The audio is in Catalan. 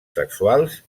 sexuals